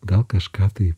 gal kažką tai